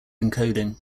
encoding